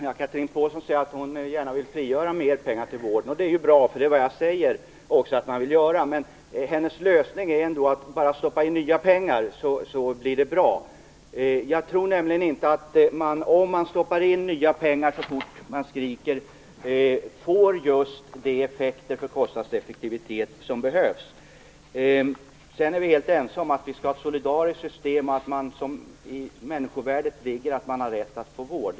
Fru talman! Chatrine Pålsson säger att hon gärna vill frigöra mer pengar till vården. Det är ju bra, och det är också vad jag säger att vi vill göra. Men hennes lösning är ändå att bara stoppa in mer pengar för att det skall bli bra. Jag tror nämligen inte att det, om man stoppar in nya pengar så fort det skriks, får just de effekter på kostnaderna som behövs. Vi är helt ense om att det skall vara ett solidariskt system och att det i människovärdet ligger att man har rätt att få vård.